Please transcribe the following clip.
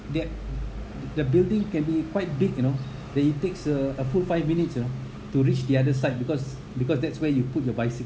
their the building can be quite big you know that it takes a a full five minutes you know to reach the other side because because that's where you put your bicycle